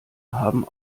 haben